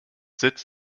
sitz